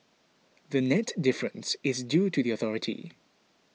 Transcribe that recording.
the net difference is due to the authority